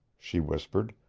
she whispered,